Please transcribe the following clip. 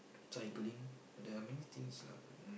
cycling there are many things lah mm